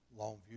Longview